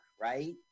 right